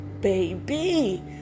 baby